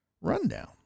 rundown